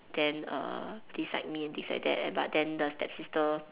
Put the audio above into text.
then uh decide me and decide that but then the stepsister